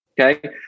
Okay